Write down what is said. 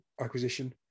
acquisition